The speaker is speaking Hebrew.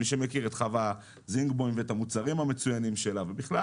מי שמכיר את חוה זינגבוים והמוצרים המצוינים שלה ובכלל.